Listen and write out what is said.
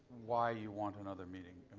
why you want another meeting.